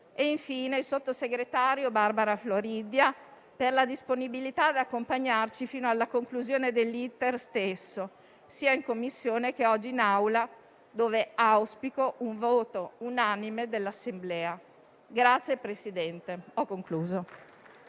infine il sottosegretario Barbara Floridia, per la disponibilità ad accompagnarci fino alla conclusione dell'*iter* stesso, sia in Commissione che oggi in Aula, dove auspico un voto unanime dell'Assemblea. PRESIDENTE.